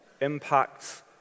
impacts